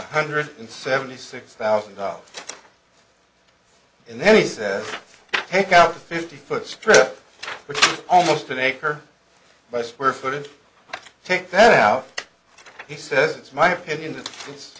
hundred and seventy six thousand dollars in there he says take out a fifty foot strip with almost an acre by square footage take that out he says it's my opinion